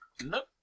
Nope